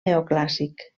neoclàssic